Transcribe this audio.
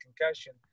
concussion